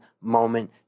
moment